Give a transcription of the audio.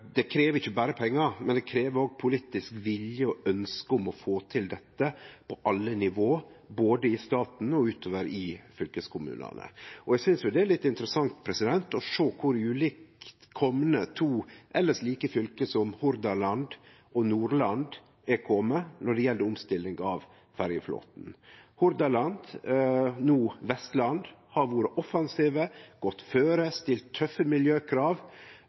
politisk vilje og ønske om få til dette på alle nivå, både i staten og utover i fylkeskommunane. Eg synest det er litt interessant å sjå kor ulikt to elles like fylke som Hordaland og Nordland er komne når det gjeld omstilling av ferjeflåten. Hordaland, no Vestland, har vore offensive, har godt føre, stilt tøffe miljøkrav